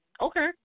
okay